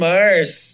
Mars